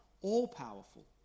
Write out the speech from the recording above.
all-powerful